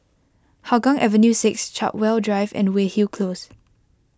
Hougang Avenue six Chartwell Drive and Weyhill Close